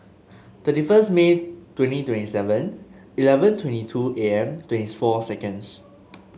thirty first May twenty twenty Seven Eleven twenty two A M twentieth four seconds